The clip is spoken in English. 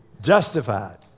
Justified